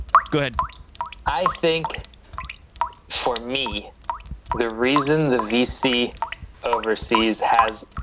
good i think for me the reason the vc overseas has